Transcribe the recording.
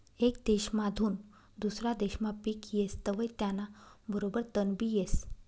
येक देसमाधून दुसरा देसमा पिक येस तवंय त्याना बरोबर तणबी येस